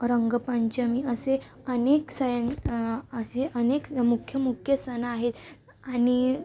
रंगपंचमी असे अनेक सयण असे अनेक मुख्य मुख्य सण आहे आणि